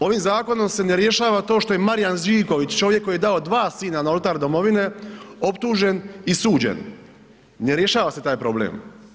Ovim zakonom se ne rješava to što je Marijan Živković čovjek koji je dao dva sina na Oltar domovine, optužen i suđen, ne rješava se taj problem.